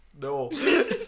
No